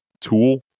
tool